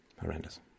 Horrendous